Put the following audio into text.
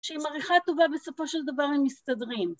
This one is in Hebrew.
‫שעם עריכה טובה ‫בסופו של דבר הם מסתדרים.